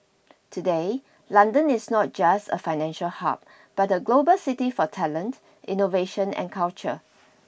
today London is not just a financial hub but a global city for talent innovation and culture